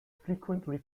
frequently